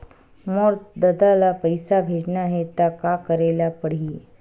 मोर ददा ल पईसा भेजना हे त का करे ल पड़हि?